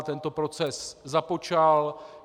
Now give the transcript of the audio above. Tento proces započal.